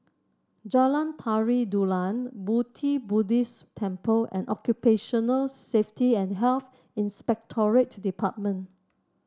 Jalan Tari Dulang Pu Ti Buddhist Temple and Occupational Safety and Health Inspectorate Department